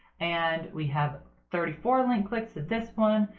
and we have thirty four link clicks to this one,